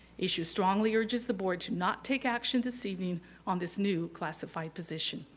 issu strongly urges the board to not take action this evening on this new classified position.